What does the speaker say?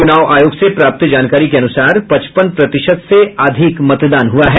चुनाव आयोग से प्राप्त जानकारी के अनुसार पचपन प्रतिशत से अधिक मतदान हुआ है